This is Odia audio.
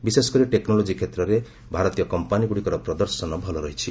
ବିଶେଷକରି ଟେକ୍ନୋଲୋଜି କ୍ଷେତ୍ରରେ ଭାରତୀୟ କମ୍ପାନିଗୁଡ଼ିକର ପ୍ରଦର୍ଶନ ଭଲ ରହିଛି